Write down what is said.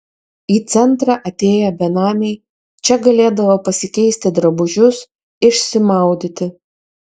į centrą atėję benamiai čia galėdavo pasikeisti drabužius išsimaudyti